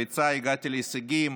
והגעתי להישגים,